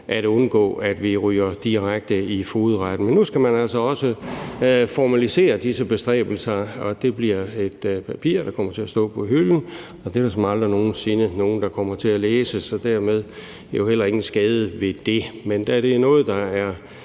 at undgå, at vi ryger direkte i fogedretten. Men nu skal man altså også formalisere disse bestræbelser, og det bliver et papir, der kommer til at ligge på hylden. Det vil der aldrig nogensinde være nogen der kommer til at læse, så dermed er der jo heller ingen skade ved det. Men da det er noget, det er